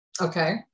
Okay